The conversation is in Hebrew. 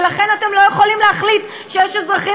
ולכן אתם לא יכולים להחליט שיש אזרחים